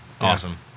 Awesome